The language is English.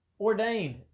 ordained